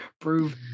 prove